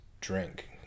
drink